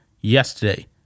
yesterday